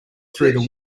through